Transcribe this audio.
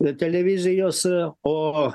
televizijos o